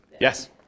Yes